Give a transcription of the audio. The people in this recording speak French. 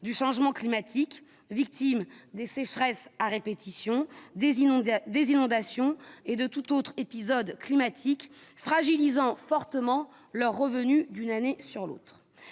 du changement climatique, victime des sécheresses à répétition des inondés, des inondations et de toute autre épisode climatique fragilisant fortement leurs revenus d'une année sur l'autre